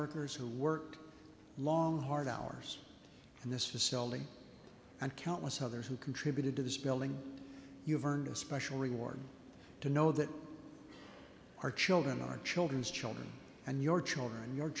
workers who worked long hard hours in this facility and countless others who contributed to this building you've earned a special reward to know that our children our children's children and your children